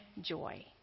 joy